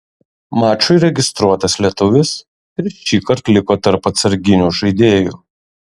mačui registruotas lietuvis ir šįkart liko tarp atsarginių žaidėjų